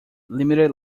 limited